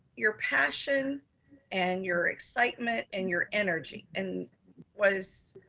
your passion and your excitement and your energy and was,